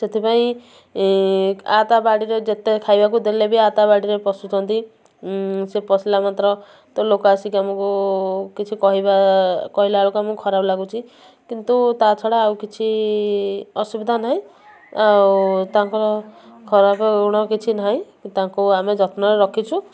ସେଥିପାଇଁ ଆ ତା ବାଡ଼ିରେ ଯେତେ ଖାଇବାକୁ ଦେଲେ ବି ଆ ତା ବାଡ଼ିରେ ପଶୁଛନ୍ତି ସେ ପଶିଲା ମାତ୍ର ତ ଲୋକ ଆସିକି ଆମୁକୁ କିଛି କହିବା କହିଲାବେଳୁକୁ ଆମୁକୁ ଖରାପ ଲାଗୁଛି କିନ୍ତୁ ତା ଛଡ଼ା ଆଉ କିଛି ଅସୁବିଧା ନାହିଁ ଆଉ ତାଙ୍କର ଖରାପ ଗୁଣ କିଛି ନାହିଁ ତାଙ୍କୁ ଆମେ ଯତ୍ନରେ ରଖିଛୁ